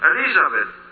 Elizabeth